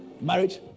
Marriage